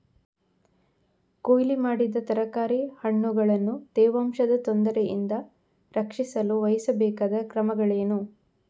ಕೊಯ್ಲು ಮಾಡಿದ ತರಕಾರಿ ಹಣ್ಣುಗಳನ್ನು ತೇವಾಂಶದ ತೊಂದರೆಯಿಂದ ರಕ್ಷಿಸಲು ವಹಿಸಬೇಕಾದ ಕ್ರಮಗಳೇನು?